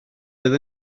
oedd